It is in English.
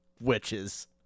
witches